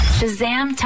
Shazam